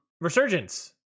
resurgence